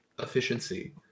efficiency